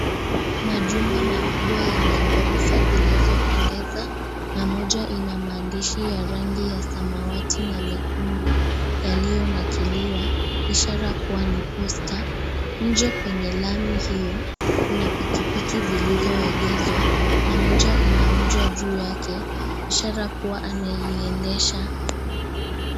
Machumba makubwa yenye ghorofa zinazopendeza, na moja ina maandishi ya rangi ya samawati na nyekundu, yalionakiliwa ishara kuwa ni posta. Nje kwenye lami hio kuna pikipiki zilizoegezwa na moja ina mcha juu yake ishara kuwa anaiendesha.